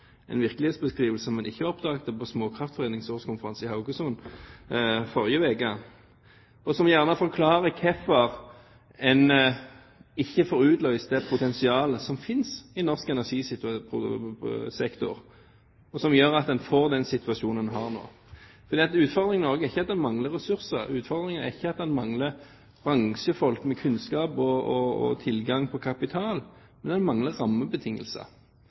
en virkelighetsbeskrivelse som en ikke oppdaget på Småkraftforeningens årskonferanse i Haugesund i forrige uke. Det forklarer hvorfor en ikke får utløst det potensialet som finnes i norsk energisektor, og som gjør at en får den situasjonen en nå har. Utfordringen i Norge er ikke at en mangler ressurser. Utfordringen er ikke at en mangler bransjefolk med kunnskap og tilgang til kapital. Men en mangler rammebetingelser.